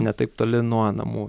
ne taip toli nuo namų